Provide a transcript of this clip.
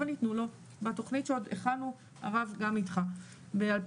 אבל ניתנו לו בתוכנית שעוד הכנו הרב גם איתך ב־2017,